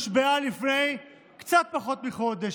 שהושבעה לפני קצת פחות מחודש,